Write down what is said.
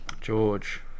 George